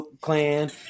clan